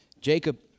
Jacob